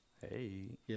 Hey